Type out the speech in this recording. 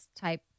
type